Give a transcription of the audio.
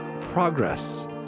progress